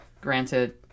Granted